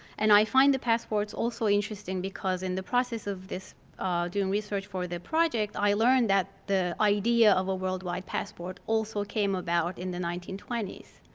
and i find the passports also interesting because in the process of doing research for the project i learned that the idea of a worldwide passport also came about in the nineteen twenty s